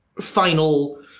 final